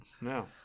No